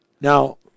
Now